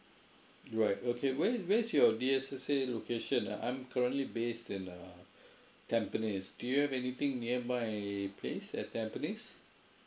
right okay where where is your D_S_S_A location ah I'm currently based in uh tampines do you have anything near my place at tampines